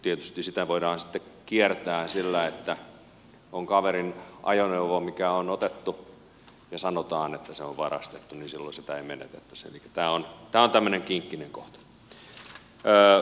tietysti sitä voidaan sitten kiertää sillä että on kaverin ajoneuvo mikä on otettu ja sanotaan että se on varastettu niin silloin sitä ei menetettäisi elikkä tämä on tämmöinen kinkkinen kohta